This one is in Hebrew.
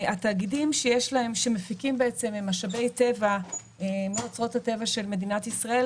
התאגידים שמפיקים משאבי טבע מאוצרות הטבע של מדינת ישראל,